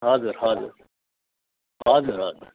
हजुर हजुर हजुर हजुर